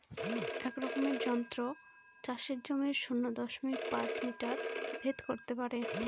এক রকমের যন্ত্র চাষের জমির শূন্য দশমিক পাঁচ মিটার ভেদ করত পারে